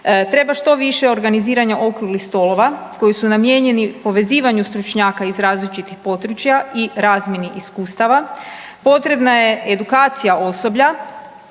Treba što više organiziranja okruglih stolova koji su namijenjeni povezivanju stručnjaka iz različitih područja i razmjeni iskustava. Potrebna je edukacija osoblja,